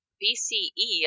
bce